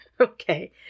Okay